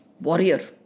warrior